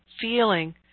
Feeling